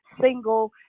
single